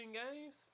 games